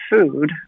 food